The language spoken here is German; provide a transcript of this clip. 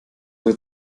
wird